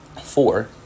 Four